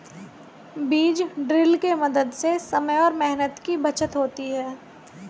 बीज ड्रिल के मदद से समय और मेहनत की बचत होती है